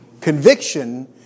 Conviction